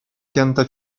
pianta